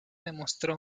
demostró